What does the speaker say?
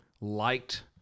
liked